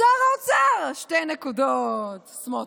שר האוצר סמוטריץ'.